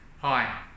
Hi